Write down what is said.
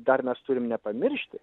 dar mes turim nepamiršti